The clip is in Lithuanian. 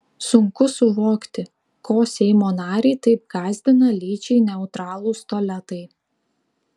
sunku suvokti ko seimo narį taip gąsdina lyčiai neutralūs tualetai